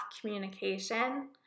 communication